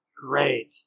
Great